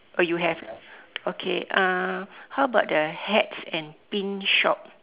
oh you have ah okay uh how about the hats and pin shop